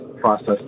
process